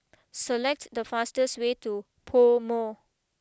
select the fastest way to Pomo